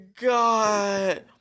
God